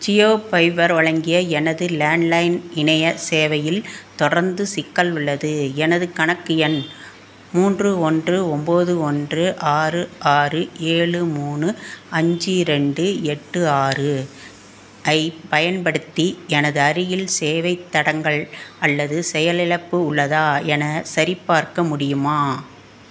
Jio fiber வழங்கிய எனது landline இணைய சேவையில் தொடர்ந்து சிக்கல் உள்ளது எனது கணக்கு எண் மூன்று ஒன்று ஒம்பது ஒன்று ஆறு ஆறு ஏழு மூணு அஞ்சு ரெண்டு எட்டு ஆறு ஐ பயன்படுத்தி எனது அருகில் சேவை தடங்கல் அல்லது செயலிழப்பு உள்ளதா என சரிபார்க்க முடியுமா